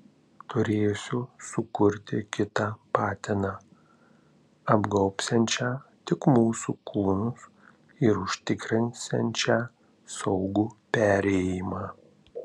turėsiu sukurti kitą patiną apgaubsiančią tik mūsų kūnus ir užtikrinsiančią saugų perėjimą